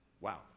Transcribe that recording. Wow